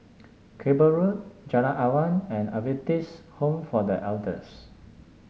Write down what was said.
Cable Road Jalan Awan and Adventist Home for The Elders